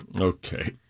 Okay